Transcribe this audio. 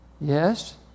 Yes